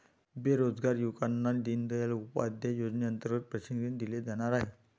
बेरोजगार युवकांना दीनदयाल उपाध्याय योजनेअंतर्गत प्रशिक्षण दिले जाणार आहे